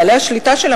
בעלי השליטה שלה,